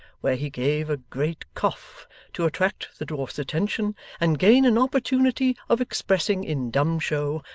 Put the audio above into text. where he gave a great cough to attract the dwarf's attention and gain an opportunity of expressing in dumb show,